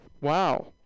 Wow